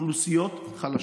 באוכלוסיות חלשות.